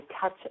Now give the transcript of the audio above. touch